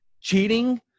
cheating